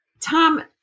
Tom